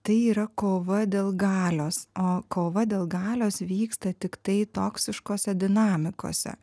tai yra kova dėl galios o kova dėl galios vyksta tiktai toksiškose dinamikose